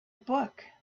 book